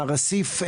מר אסיף,